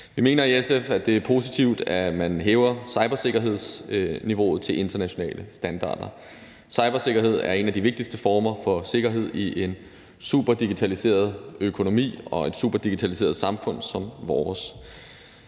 Vi mener i SF, at det er positivt, at man hæver cybersikkerhedsniveauet til internationale standarder. Cybersikkerhed er en af de vigtigste former for sikkerhed i en superdigitaliseret økonomi og et superdigitaliseret samfund som vores.